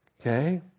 okay